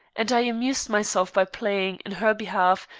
and i amused myself by playing, in her behalf,